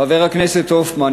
חבר הכנסת הופמן,